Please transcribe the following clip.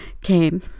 came